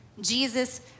Jesus